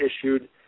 issued